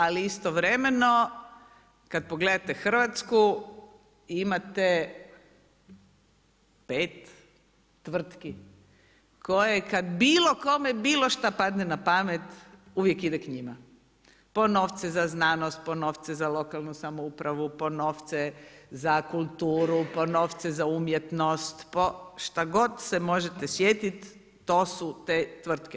Ali istovremeno kad pogledate Hrvatsku imate pet tvrtki koje kad bilo kome bilo šta padne na pamet uvijek ide k njima, po novce za znanost, po novce za lokalnu samoupravu, po novce za kulturu, po novce za umjetnost, šta god se možete sjetit, to su te tvrtke.